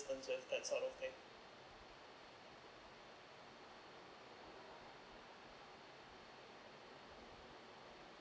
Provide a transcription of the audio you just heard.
assistance that sort of thing